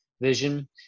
vision